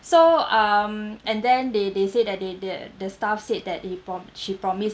so um and then they they said that they the the staff said that he pro~ she promise